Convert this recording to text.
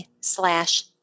slash